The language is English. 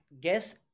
guess